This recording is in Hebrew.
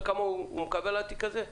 אתה יודע כמה הוא מקבל על התיק הזה?